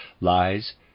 lies